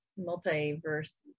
multiverse